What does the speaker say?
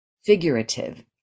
figurative